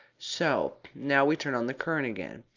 so! now we turn on the current again.